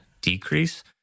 decrease